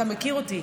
אתה מכיר אותי,